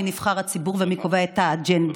מי נבחר הציבור ומי קובע את האג'נדה.